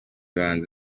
bahanzi